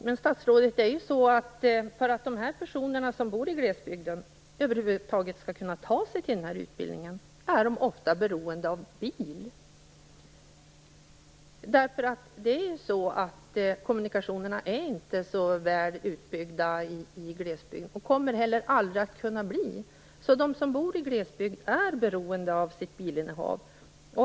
Men för att de personer som bor i glesbygden över huvud taget skall kunna ta sig till dessa utbildningar behöver de ofta en bil. Kommunikationerna är inte så väl utbyggda i glesbygd och kommer heller aldrig att kunna bli det. De som bor i glesbygd är beroende av en bil.